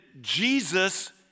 Jesus